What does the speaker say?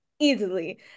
easily